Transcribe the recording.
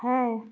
হ্যাঁ